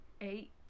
eight